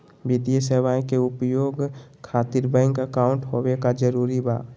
वित्तीय सेवाएं के उपयोग खातिर बैंक अकाउंट होबे का जरूरी बा?